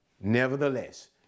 Nevertheless